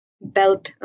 belt